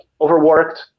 overworked